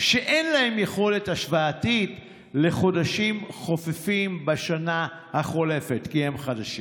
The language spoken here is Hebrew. ואין להם יכולת השוואתית לחודשים חופפים בשנה החולפת כי הם חדשים.